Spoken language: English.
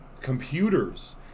Computers